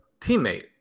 teammate